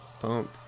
pump